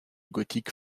gothique